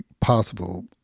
possible